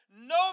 no